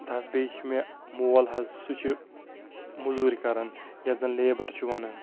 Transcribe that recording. بَس بیٚیہِ چھُ مےٚ مول حظ سُہ چھُ مٔزوٗرۍ کَران یَتھ زَن لیبَر چھِ وَنان